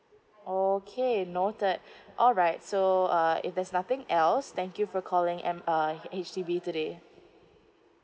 okay noted alright so uh if there's nothing else thank you for calling M uh H_D_B today